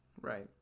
right